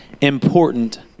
important